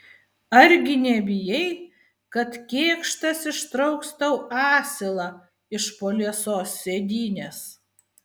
argi nebijai kad kėkštas ištrauks tau asilą iš po liesos sėdynės